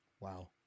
wow